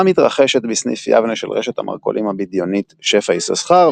מתרחשת בסניף יבנה של רשת המרכולים הבדיונית "שפע יששכר",